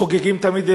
חוגגים אתם תמיד,